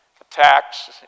attacks